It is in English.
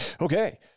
Okay